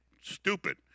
stupid